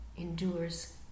endures